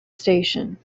station